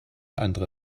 andere